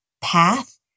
path